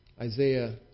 Isaiah